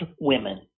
women